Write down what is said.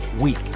week